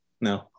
No